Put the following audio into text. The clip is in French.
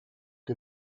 que